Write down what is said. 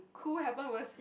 cool happen was